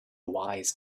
wise